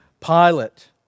Pilate